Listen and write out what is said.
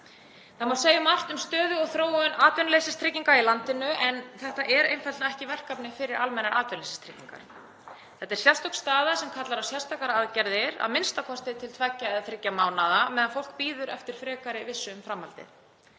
Það má segja margt um stöðu og þróun atvinnuleysistrygginga í landinu en þetta er einfaldlega ekki verkefni fyrir almennar atvinnuleysistryggingar. Þetta er sérstök staða sem kallar á sértækar aðgerðir, a.m.k. til tveggja eða þriggja mánaða á meðan fólk bíður eftir frekari vissu um framhaldið.